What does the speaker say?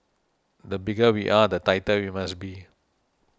the bigger we are the tighter we must be